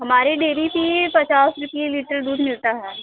हमारे डेरी पर पचास रुपए लीटर दूध मिलता है